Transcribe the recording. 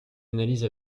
analyse